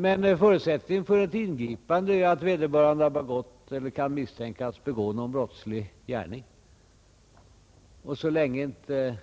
Men förutsättningen för ett ingripande är att vederbörande har begått eller kan misstänkas begå någon brottslig gärning. Så länge inte